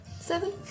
Seven